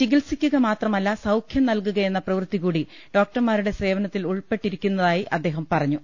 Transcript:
ചികിത്സിക്കുകമാത്രമല്ല സൌഖ്യം നൽകുകയെന്ന പ്രവൃ ത്തികൂടി ഡോക്ടർമാരുടെ സേവനത്തിൽ ഉൾപ്പെട്ടിരിക്കുകന്നതായി അദ്ദേഹം പറഞ്ഞു